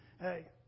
hey